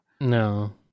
no